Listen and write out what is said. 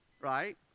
Right